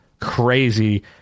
crazy